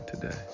today